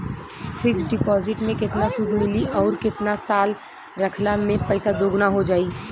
Fix deposit मे केतना सूद मिली आउर केतना साल रखला मे पैसा दोगुना हो जायी?